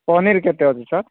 ପନିର୍ କେତେ ଅଛି ସାର୍